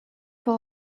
for